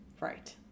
right